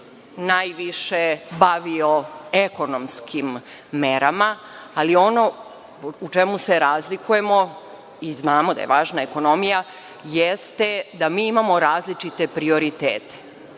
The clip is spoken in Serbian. najviše bavio ekonomskim merama, ali ono u čemu se razlikujemo i znamo da je važna ekonomija, jeste da mi imamo različite prioritete.